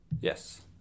Yes